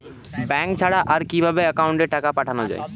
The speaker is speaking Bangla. ব্যাঙ্ক ছাড়া আর কিভাবে একাউন্টে টাকা পাঠানো য়ায়?